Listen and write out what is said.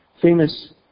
famous